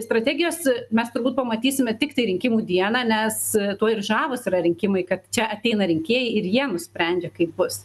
strategijas mes turbūt pamatysime tiktai rinkimų dieną nes tuo ir žavūs yra rinkimai kad čia ateina rinkėjai ir jie nusprendžia kaip bus